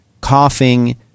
coughing